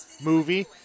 movie